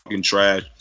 trash